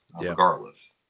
Regardless